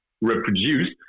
reproduce